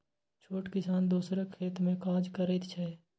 छोट किसान दोसरक खेत मे काज करैत छै